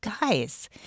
guys